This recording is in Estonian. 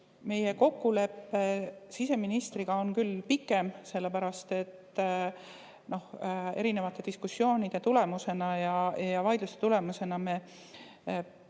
Meie kokkulepe siseministriga on küll pikem, sellepärast et erinevate diskussioonide tulemusena ja vaidluste tulemusena me